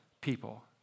people